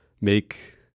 make